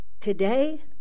Today